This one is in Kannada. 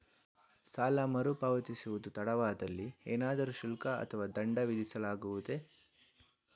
ಸಾಲ ಮರುಪಾವತಿಸುವುದು ತಡವಾದಲ್ಲಿ ಏನಾದರೂ ಶುಲ್ಕ ಅಥವಾ ದಂಡ ವಿಧಿಸಲಾಗುವುದೇ?